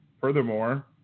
furthermore